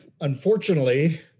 unfortunately